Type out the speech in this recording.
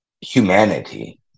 humanity